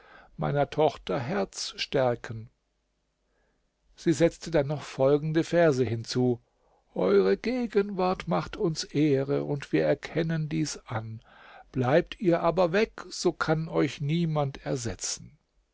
meiner tochter herz stärken sie setzte dann noch folgende verse hinzu eure gegenwart macht uns ehre und wir erkennen dies an bleibt ihr aber weg so kann euch niemand ersetzen